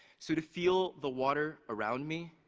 so, to feel the water around me,